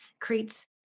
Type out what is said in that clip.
creates